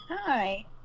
Hi